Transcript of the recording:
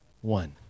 One